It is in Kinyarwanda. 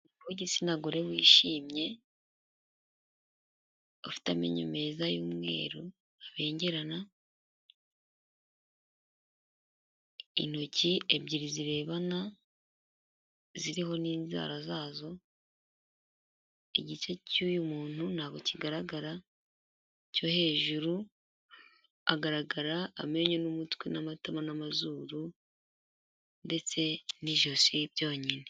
Uw'igitsinagore wishimye, ufite amenyo meza y'umweru abengerana, intoki ebyiri zirebana, ziriho n'inzara zazo, igice cy'uyu muntu ntabwo kigaragara cyo hejuru, agaragara amenyo n'umutwe n'amatama n'amazuru ndetse n'ijosi byonyine.